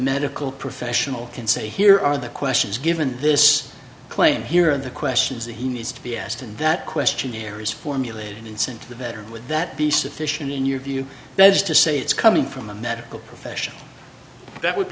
medical professional can say here are the questions given this claim here are the questions that he needs to be asked and that questionnaire is formulated and sent to the better would that be sufficient in your view that is to say it's coming from the medical profession that would